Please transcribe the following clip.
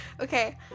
Okay